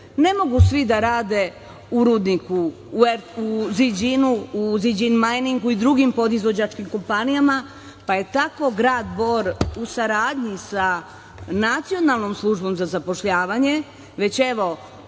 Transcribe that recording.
ne mogu svi da rade u „Ziđinu“, u „Ziđin majningu“ i u drugim podizvođačkim kompanijama. Tako da grad Bor, u saradnji sa Nacionalnom službom za zapošljavanje, već evo